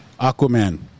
Aquaman